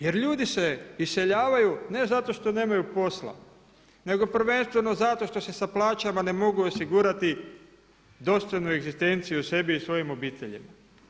Jer ljudi se iseljavaju ne zato što nemaju posla, nego prvenstveno zato što se sa plaćama ne mogu osigurati dostojnu egzistenciju sebi i svojim obiteljima.